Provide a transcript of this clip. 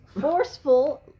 forceful